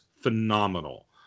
phenomenal